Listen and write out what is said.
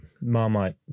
marmite